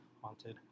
haunted